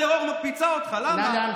חבר הכנסת סמי אבו שחאדה.